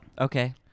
Okay